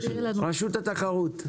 רשות התחרות.